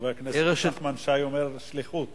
חבר הכנסת נחמן שי אומר "שליחות".